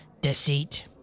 Deceit